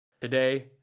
Today